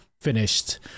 finished